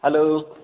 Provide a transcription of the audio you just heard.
hello